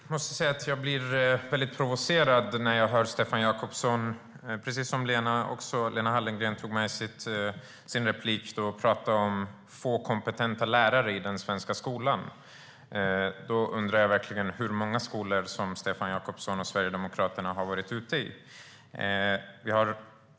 Herr talman! Jag måste säga att jag blir mycket provocerad när jag hör Stefan Jakobsson tala om få kompetenta lärare i den svenska skolan. Lena Hallengren tog också upp detta i sin replik. Jag undrar verkligen hur många skolor som Stefan Jakobsson och Sverigedemokraterna har varit ute i.